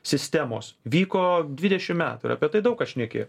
sistemos vyko dvidešimt metų ir apie tai daug kas šnekėjo